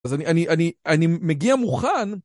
אז אני, אני, אני, אני מגיע מוכן.